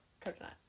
coconut